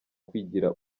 kwigira